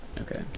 Okay